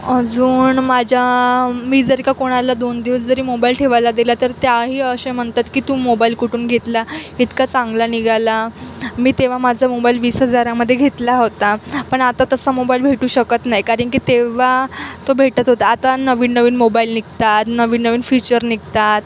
अजून माझ्या मी जरी का कोणाला दोन दिवस जरी मोबाईल ठेवायला दिला तर त्याही असे म्हणतात की तू मोबाईल कुठून घेतला इतका चांगला निघाला मी तेव्हा माझा मोबाईल वीस हजारामध्ये घेतला होता पण आता तसा मोबाईल भेटू शकत नाही कारण की तेव्हा तो भेटत होता आता नवीन नवीन मोबाईल निघतात नवीन नवीन फीचर निघतात